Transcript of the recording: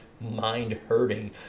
mind-hurting